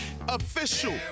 official